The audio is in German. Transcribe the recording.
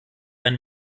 ein